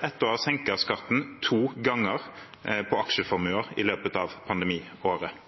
etter å ha senket skatten på aksjeformuer to ganger i løpet av pandemiåret.